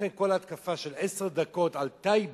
לכן כל ההתקפה של עשר דקות על טייבה,